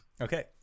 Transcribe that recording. Okay